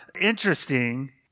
interesting